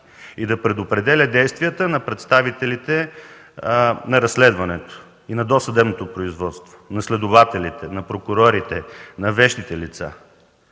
и да предопределя действията на представителите на разследването и на досъдебното производство – на следователите, на прокурорите, на вещите лица.